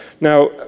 Now